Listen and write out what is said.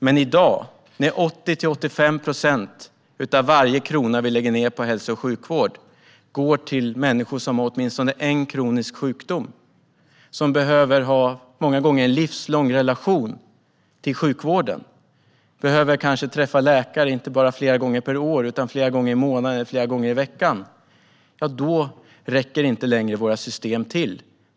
Men i dag går 80-85 procent av varje krona vi lägger på hälso och sjukvård till människor som har minst en kronisk sjukdom, som behöver ha en många gånger livslång relation till vården och som kanske behöver träffa läkare inte bara flera gånger per år utan flera gånger i månaden eller i veckan. Då räcker våra system inte längre till.